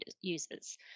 users